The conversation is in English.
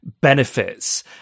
benefits